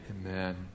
Amen